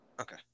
Okay